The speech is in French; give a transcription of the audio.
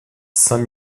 saint